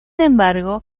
embargo